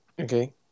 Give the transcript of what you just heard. Okay